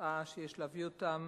קבעה שיש להביא אותם